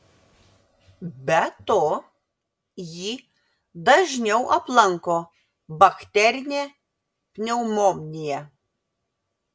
be to jį dažniau aplanko bakterinė pneumonija